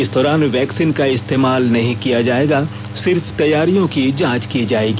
इस दौरान वैक्सीन का इस्तेमाल नहीं किया जाएगा सिर्फ तैयारियों की जांच की जाएगी